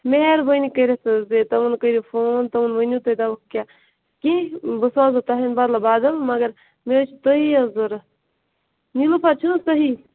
مہربٲنی کٔرِتھ حظ یہِ تِمن کٔرِو فون تِمن ؤنِو تُہۍ دپُکھ کیٛاہ کہِ بہٕ سوزو تُہٕنٛدِ بدلہٕ بدل مگر مےٚ حظ چھِ تُہی یوت ضروٗرت نیٖلوفر چھُ حظ تُہۍ